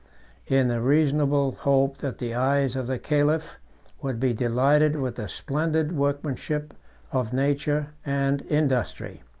in the reasonable hope that the eyes of the caliph would be delighted with the splendid workmanship of nature and industry.